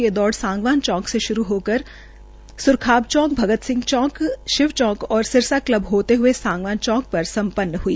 ये दौड़ सांगवान चौक से शुरू होकर सुरखाव चौक भगत सिंह चौक शिव चौक व सिरसा क्लब होते हये सांगवान चौक पर सम्मन्न ह्ई